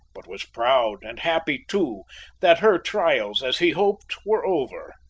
but was proud and happy too that her trials, as he hoped, were over.